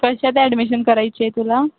कशात ॲडमिशन करायची आहे तुला